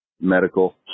Medical